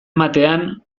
ematean